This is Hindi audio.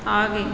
आगे